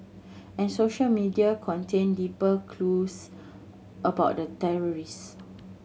and social media contained deeper clues about the terrorist